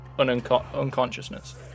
unconsciousness